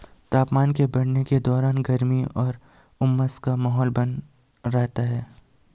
तापमान के बढ़ने के दौरान गर्मी और उमस का माहौल बना रहता है